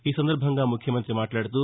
ఈ సందర్బంగా ముఖ్యమంతి మాట్లాడుతూ